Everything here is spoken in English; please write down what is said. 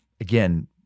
Again